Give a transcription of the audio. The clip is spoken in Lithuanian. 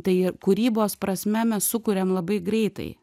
tai ir kūrybos prasme mes sukuriam labai greitai